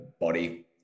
body